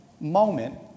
moment